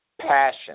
passion